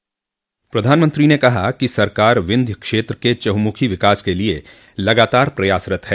प्रधानमंत्री ने कहा कि सरकार विंध्य क्षेत्र के चहमुखी विकास के लिए लगातार प्रयासरत है